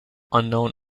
unknown